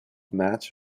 match